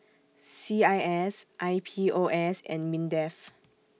C I S I P O S and Mindef